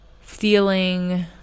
feeling